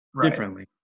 differently